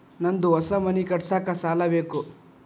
ನಂದು ಹೊಸ ಮನಿ ಕಟ್ಸಾಕ್ ಸಾಲ ಬೇಕು